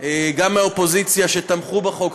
וגם מהאופוזיציה שתמכו בחוק,